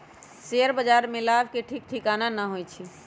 share बाजार में लाभ के ठीक ठिकाना न होइ छइ